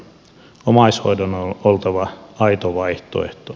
omaishoidon on oltava aito vaihtoehto